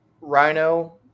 Rhino